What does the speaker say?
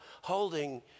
holding